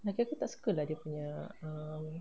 laki aku tak suka lah dia punya um